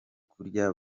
kurya